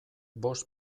bost